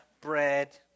bread